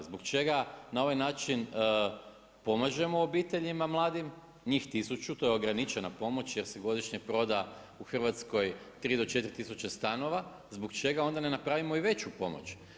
Zbog čega na ovaj način pomažemo obiteljima mladim, njih 1000, to je ograničena pomoć jer se godišnje proda u Hrvatskoj 3 do 4000 stanova, zbog čega onda ne napravimo i veću pomoć?